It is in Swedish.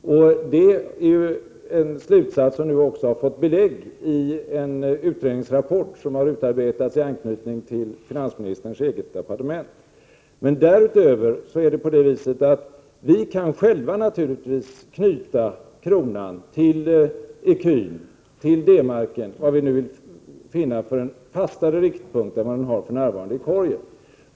Denna slutsats har också fått stöd i en utredningsrapport som har utarbetats i anknytning till finansministerns eget departement. Därutöver kan vi naturligtvis själva knyta kronan till ecun eller D-Marken, eller den fastare riktpunkt än den som man för närvarande har i korgen.